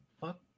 fuck